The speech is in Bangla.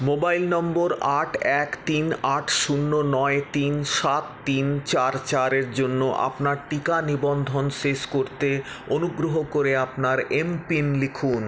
মোবাইল নম্বর আট এক তিন আট শূন্য নয় তিন সাত তিন চার চারের জন্য আপনার টিকা নিবন্ধন শেষ করতে অনুগ্রহ করে আপনার এমপিন লিখুন